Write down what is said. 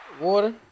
Water